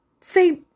say